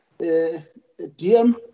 DM